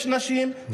יש נשים -- נא לסיים.